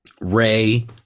Ray